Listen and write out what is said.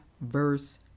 verse